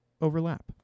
overlap